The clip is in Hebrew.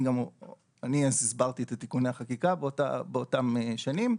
אני הסברתי את תיקוני החקיקה באותן שנים,